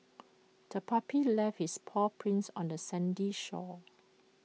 the puppy left its paw prints on the sandy shore